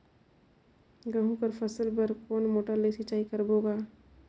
गहूं कर फसल बर कोन मोटर ले सिंचाई करबो गा?